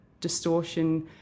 distortion